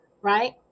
right